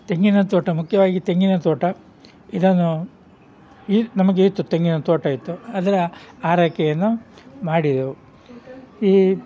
ತೆಂಗಿನ ತೋಟ ಮುಖ್ಯವಾಗಿ ತೆಂಗಿನ ತೋಟ ಇದನ್ನು ಈ ನಮಗೆ ಇತ್ತು ತೆಂಗಿನ ತೋಟ ಇತ್ತು ಅದರ ಆರೈಕೆಯನ್ನು ಮಾಡಿದೆವು ಈ